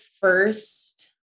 first